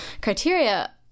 criteria